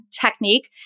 technique